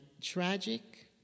tragic